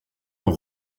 aux